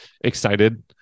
excited